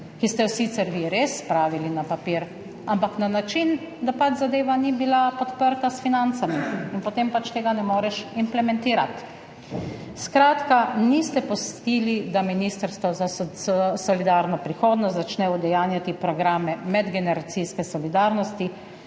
ki ste jo sicer vi res spravili na papir, ampak na način, da pač zadeva ni bila podprta s financami in potem pač tega ne moreš implementirati. Skratka, niste pustili, da Ministrstvo za solidarno prihodnost začne udejanjati programe medgeneracijske solidarnosti